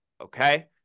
Okay